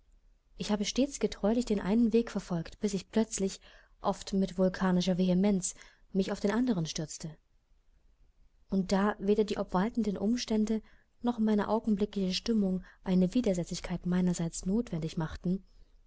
ich habe stets getreulich den einen weg verfolgt bis ich plötzlich oft mit vulkanischer vehemenz mich auf den andern stürzte und da weder die obwaltenden umstände noch meine augenblickliche stimmung eine widersetzlichkeit meinerseits notwendig machten